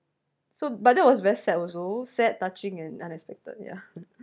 so but that was very sad also sad touching an unexpected yeah